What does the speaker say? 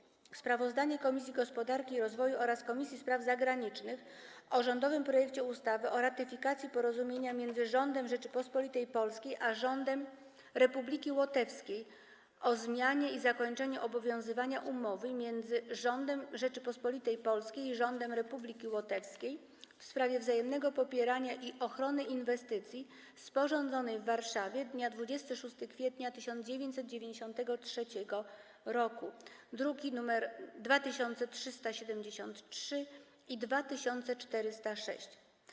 38. Sprawozdanie Komisji Gospodarki i Rozwoju oraz Komisji Spraw Zagranicznych o rządowym projekcie ustawy o ratyfikacji Porozumienia między Rządem Rzeczypospolitej Polskiej a Rządem Republiki Łotewskiej o zmianie i zakończeniu obowiązywania Umowy między Rządem Rzeczypospolitej Polskiej i Rządem Republiki Łotewskiej w sprawie wzajemnego popierania i ochrony inwestycji, sporządzonej w Warszawie dnia 26 kwietnia 1993 r. (druki nr 2373 i 2406)